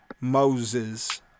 Moses